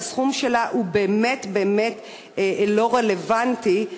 אז הסכום שלה באמת לא רלוונטי,